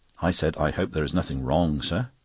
i said i hope there is nothing wrong, sir?